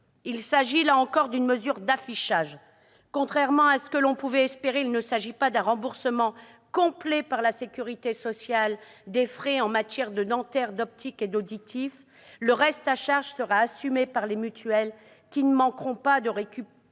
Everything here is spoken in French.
il s'agit également d'affichage. Contrairement à ce que l'on pouvait espérer, il ne permet pas un remboursement complet par la sécurité sociale des frais dentaires, de matériels optiques et auditifs. Le reste à charge sera assumé par les mutuelles, qui ne manqueront pas de répercuter